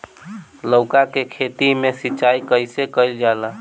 लउका के खेत मे सिचाई कईसे कइल जाला?